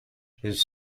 his